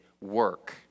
Work